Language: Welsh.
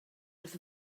wrth